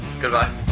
Goodbye